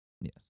Yes